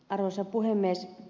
arvoisa puhemies